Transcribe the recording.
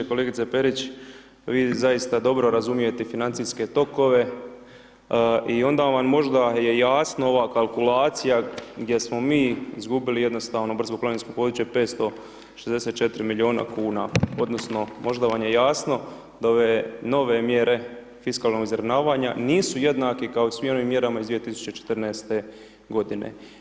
Kolegice Perić, vi zaista dobro razumijete financijske tokove i onda vam možda je jasno ova kalkulacija gdje smo mi izgubili jednostavno brdsko planinsko područje 564 milijuna kuna odnosno možda vam je jasno da ove nove mjere fiskalnog izravnavanja nisu jednake kao i svim onim mjerama iz 2014.-te godine.